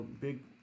big